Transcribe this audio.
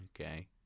Okay